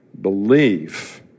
belief